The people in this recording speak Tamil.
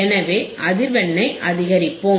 எனவே அதிர்வெண்ணை அதிகரிப்போம்